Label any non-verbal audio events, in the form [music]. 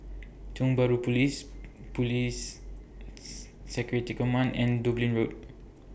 Tiong Bahru Police Police [noise] Security Command and Dublin Road